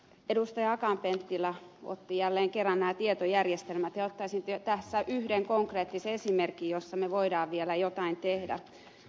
akaan penttilä otti jälleen kerran nämä tietojärjestelmät esille ja ottaisin tässä yhden konkreettisen esimerkin jossa me voimme vielä jotain tehdä